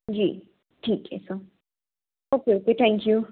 जी ठीक है sir okay okay thank you